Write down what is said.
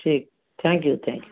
ଠିକ thank you thank you